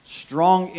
strong